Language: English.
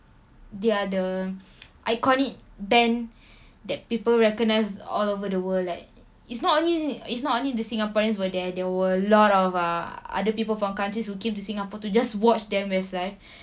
they are the iconic band that people recognise all over the world like it's not only it's not only the singaporeans were there were a lot of ah other people from countries who came to singapore to just watch them westlife